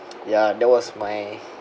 ya that was my